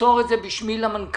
ותמסור את זה בשמי למנכ"ל,